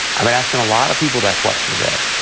i've been asking a lot of people that question today.